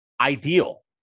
ideal